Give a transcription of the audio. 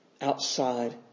outside